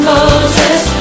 Moses